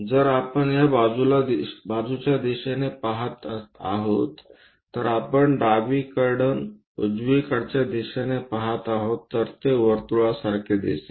जर आपण या बाजूला दिशेने पहात आहोत तर आपण डावीकडून उजवीकडच्या दिशेने पहात आहोत तर ते वर्तुळासारखे दिसते